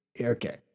Okay